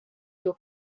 your